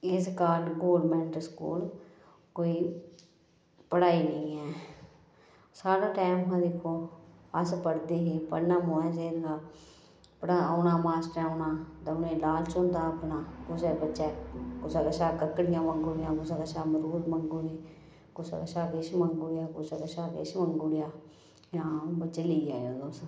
इस कारण government school कोई पढ़ाई नेईं ऐ साढ़ा टैम हा दिक्खो अस पढ़दे हे पढ़ना मोए सिर हा पढ़ाना औना मास्टर ना उनेंगी लालच होंदा हा अपना कुसै बच्चै कुसै कशा ककड़ियां मंगु उड़नियां कुसै कशा मरुद मंगु उड़ने कुसै कशा किश मंगी उड़ेआ कुसै कशा किश मंगी उड़ेआ जां आम बच्चें गी लेई आए तुस